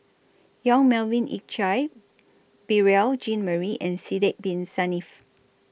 Yong Melvin Yik Chye Beurel Jean Marie and Sidek Bin Saniff